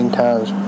times